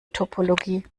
topologie